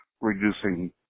reducing